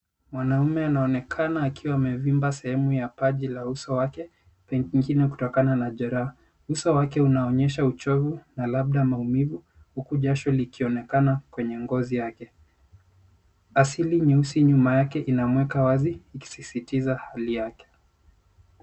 Mwanaume anaonekana akiwa amevimba sehemu ya paji la uso wake, pengine kutokana na jeraha. Uso wake unaonyesha uchovu na labda maumivu, huku jasho likionekana kwenye ngozi yake. Asili nyeusi nyuma yake inamweka wazi, ikisisitiza hali yake.